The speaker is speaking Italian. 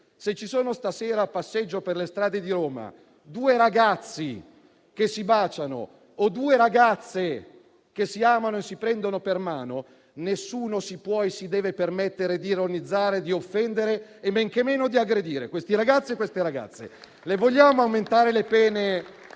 Se ci sono stasera a passeggio per le strade di Roma due ragazzi che si baciano o due ragazze che si amano e si prendono per mano, nessuno si può e si deve permettere di ironizzare, di offendere e men che meno di aggredire quei ragazzi e quelle ragazze. Vogliamo aumentare le pene